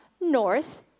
north